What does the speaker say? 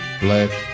black